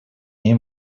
ней